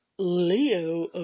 Leo